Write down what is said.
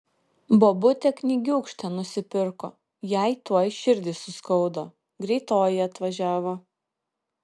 bobutė knygiūkštę nusipirko jai tuoj širdį suskaudo greitoji atvažiavo